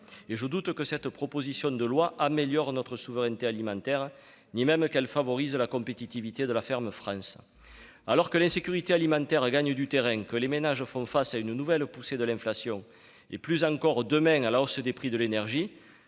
Je doute que cette proposition de loi améliore notre souveraineté alimentaire, ni même qu'elle favorise la compétitivité de la ferme France. Alors que l'insécurité alimentaire gagne du terrain, que les ménages font face à une nouvelle poussée de l'inflation et, bientôt, à une nouvelle hausse des prix de l'énergie,